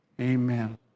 amen